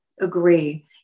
agree